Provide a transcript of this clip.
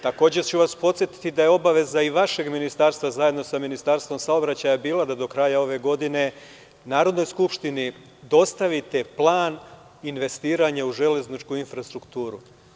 Takođe ću vas podsetiti da je obaveza i vašeg Ministarstva, zajedno sa Ministarstvom saobraćaja bila da do kraja ove godine Narodnoj skupštini dostavite plan investiranja u železničku infrastrukturu.